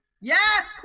Yes